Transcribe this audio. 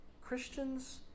Christians